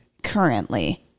currently